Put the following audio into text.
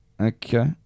Okay